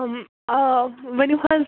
آ ؤنِو حظ